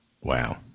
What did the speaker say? Wow